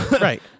Right